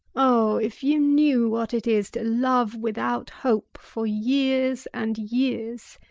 oh, if you knew what it is to love without hope for years and years,